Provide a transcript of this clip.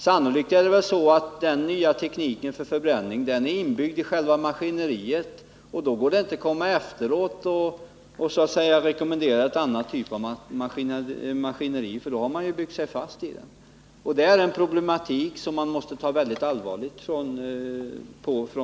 Sannolikt är väl den nya tekniken för förbränning inbyggd i själva maskineriet. Då går det inte att komma efteråt och rekommendera en annan typ av maskineri, för då har man redan byggt sig fast. Detta är problem som statsmakterna måste ta väldigt allvarligt på.